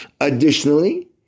Additionally